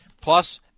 Plus